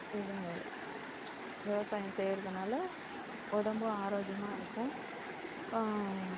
இதுதான் வேலை விவசாயம் செய்கிறதுனால உடம்பும் ஆரோக்கியமாக இருக்கும்